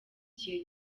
gihe